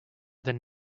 than